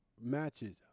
matches